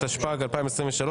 התשפ"ג 2023,